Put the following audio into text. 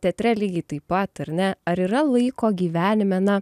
teatre lygiai taip pat ar ne ar yra laiko gyvenime na